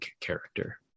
character